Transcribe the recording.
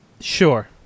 sure